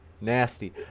Nasty